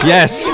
Yes